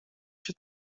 się